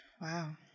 Wow